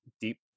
deep